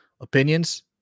opinions